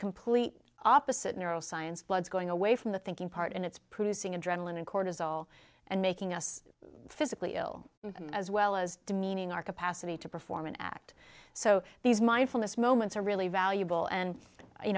complete opposite neuroscience blood's going away from the thinking part and it's producing adrenaline and cortisol and making us physically ill as well as demeaning our capacity to perform an act so these mindfulness moments are really valuable and you